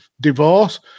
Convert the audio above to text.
divorce